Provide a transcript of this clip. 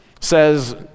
says